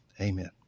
amen